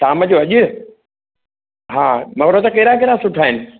शाम जो अॼु हा मोहरत कहिड़ा कहिड़ा सुठा आहिनि